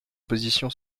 position